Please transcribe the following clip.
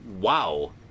wow